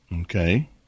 Okay